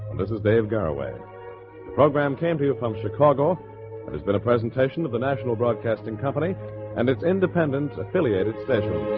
this is dave garroway program came to you from chicago has been a presentation of the national broadcasting company and its independent affiliated stations